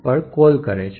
પર કોલ છે